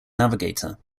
navigator